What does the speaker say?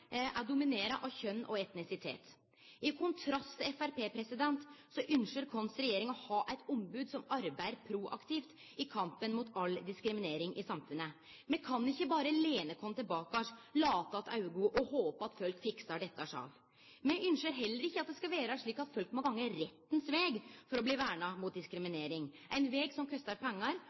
er dominert av kjønn og etnisitet. I kontrast til Framstegspartiet ynskjer vår regjering å ha eit ombod som arbeider proaktivt i kampen mot all diskriminering i samfunnet. Me kan ikkje berre lene oss tilbake, late att augo og håpe at folk fiksar dette sjølv. Me ynskjer heller ikkje at det skal vere slik at folk må gå rettens veg for å bli verna mot diskriminering – ein veg som kostar pengar,